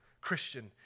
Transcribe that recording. Christian